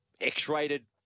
X-rated